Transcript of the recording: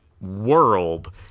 world